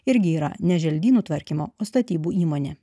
irgi yra ne želdynų tvarkymo o statybų įmonė